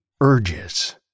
urges